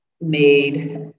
made